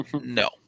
No